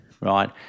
right